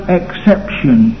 exception